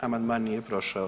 Amandman nije prošao.